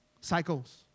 Cycles